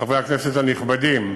חברי הכנסת הנכבדים,